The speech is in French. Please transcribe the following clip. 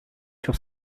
sur